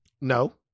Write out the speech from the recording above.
No